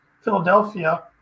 Philadelphia